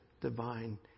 divine